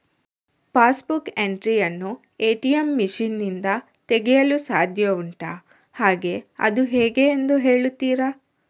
Pass book entry ಯನ್ನು ATM machine ನಿಂದ ತೆಗೆಯಲು ಸಾಧ್ಯ ಉಂಟಾ ಹಾಗೆ ಅದು ಹೇಗೆ ಎಂದು ಹೇಳುತ್ತೀರಾ?